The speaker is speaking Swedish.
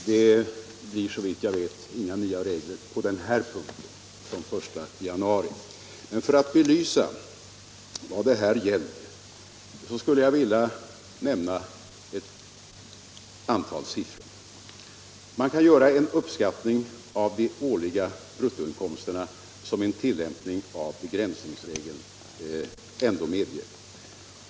Fru talman! Det blir, såvitt jag vet, inga nya regler på den här punkten från den 1 januari. Men för att belysa vad det här gäller skulle jag vilja nämna några siffror. Man kan göra en uppskattning av de årliga bruttoinkomster som en tillämpning av begränsningsregeln ändå medger.